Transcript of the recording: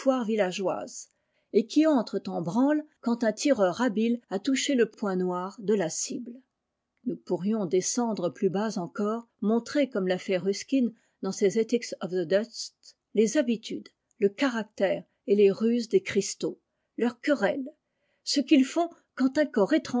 villageoises et qui entrent en branle quand un tireur habile a touché le point noir de la cible nous pourrions descendre plus bas encore montrer comme ta fait ruskîn dans ses ethics of the dnst les habitudes le caractère et les ruses des cristaux leurs querelles ce qu'ils font quand un corps